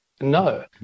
no